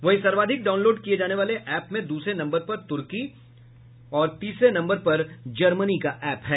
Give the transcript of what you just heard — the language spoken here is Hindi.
वहीं सर्वाधिक डाउनलोड किये जाने वाले एप में दूसरे नम्बर पर तुर्की का और तीसरे नम्बर पर जर्मनी का एप है